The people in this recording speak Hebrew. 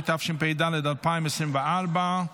התשפ"ד 2024,